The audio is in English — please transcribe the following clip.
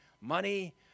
money